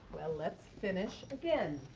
well, let's finish again.